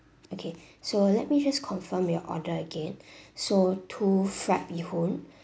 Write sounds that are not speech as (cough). okay so let me just confirm your order again (breath) so two fried bee hoon